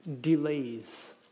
Delays